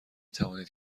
توانید